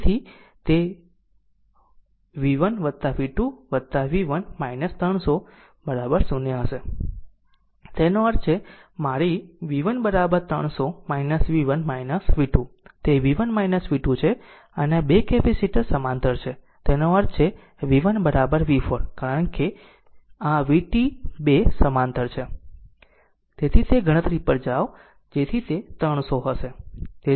તેથી તે v1 v2 v1 300 0 હશે તેનો અર્થ છે મારી v1 300 v1 v2 તે v1 v2 છે અને આ 2 કેપેસિટર સમાંતર છે તેનો અર્થ છે v1 v 4 કારણ કે આ vt 2 સમાંતર છે તેથી તે ગણતરી પર જાઓ જેથી તે 300 થશે